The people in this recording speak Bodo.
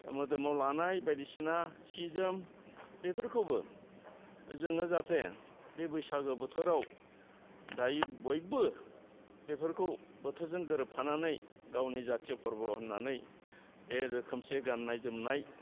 मोदोमाव लानाय बायदिसिना सि जोम बेफोरखौबो जोङो जाहाथे बे बैसागो बोथोराव दायो बयबो बेफोरखौ बोथोरजों गोरोबफानानै गावनि जातिय' फोरबो होन्नानै बे रोखोमसे गान्नाय जोमनाय